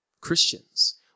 Christians